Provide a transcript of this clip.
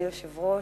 אדוני היושב-ראש,